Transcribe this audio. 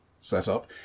setup